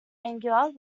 angular